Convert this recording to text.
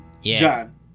John